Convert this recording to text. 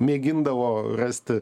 mėgindavo rasti